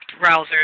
browsers